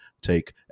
take